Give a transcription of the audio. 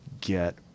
get